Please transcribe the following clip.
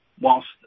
whilst